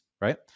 right